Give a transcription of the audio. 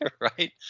Right